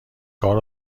کار